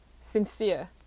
sincere